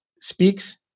speaks